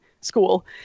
school